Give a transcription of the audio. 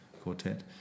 Quartet